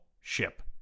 ship